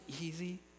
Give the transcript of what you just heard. easy